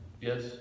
Yes